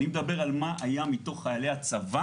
אני מדבר על מה היה מתוך חיילי הצבא